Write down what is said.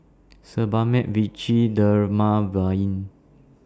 Sebamed Vichy Dermaveen